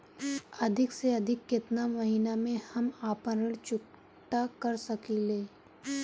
अधिक से अधिक केतना महीना में हम आपन ऋण चुकता कर सकी ले?